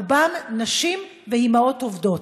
רובם נשים ואימהות עובדות.